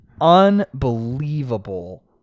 Unbelievable